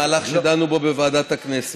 מהלך שדנו בו בוועדת הכנסת.